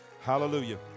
hallelujah